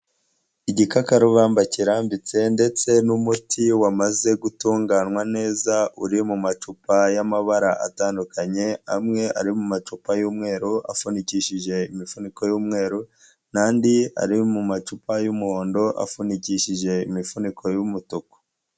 Igikakarubamba kirambitse ndetse n'umuti wamaze gutunganywa neza uri mu macupa y'amabara atandukanye, amwe ari mu macupa y'umweru afunikishije imifuniko y'umweru, n'andi ari mu macupa y'umuhondo afunikishije imifuniko y'umutuku.